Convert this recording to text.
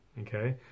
okay